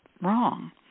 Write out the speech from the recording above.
Wrong